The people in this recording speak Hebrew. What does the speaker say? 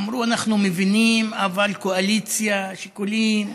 אמרו: אנחנו מבינים, אבל קואליציה, שיקולים,